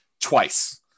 twice